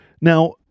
Now